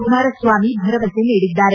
ಕುಮಾರಸ್ವಾಮಿ ಭರವಸೆ ನೀಡಿದ್ದಾರೆ